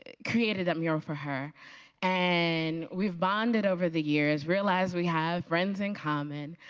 ah created a mural for her and we've bonded over the years, realize we have friends in common,